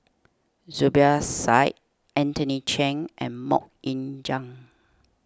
Zubir Said Anthony Chen and Mok Ying Jang